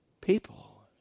people